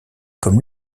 comme